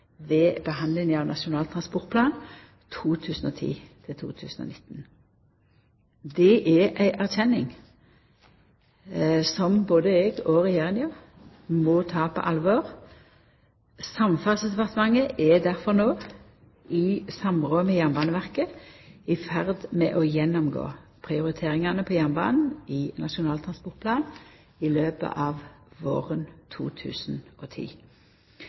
av Nasjonal transportplan 2010–2019. Det er ei erkjenning som både eg og Regjeringa må ta på alvor. Samferdselsdepartementet er difor no, i samråd med Jernbaneverket, i ferd med å gjennomgå prioriteringane på jernbanen i Nasjonal transportplan i løpet av våren 2010.